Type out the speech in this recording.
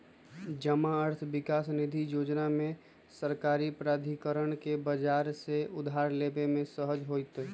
जमा अर्थ विकास निधि जोजना में सरकारी प्राधिकरण के बजार से उधार लेबे में सहज होतइ